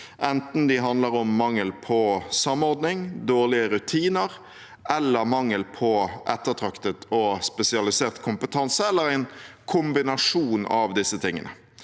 enten de handler om mangel på samordning, dårlige rutiner eller mangel på ettertraktet og spesialisert kompetanse, eller en kombinasjon av dette.